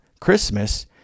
Christmas—